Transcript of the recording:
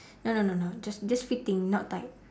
no no no no just just fitting not tight